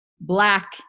black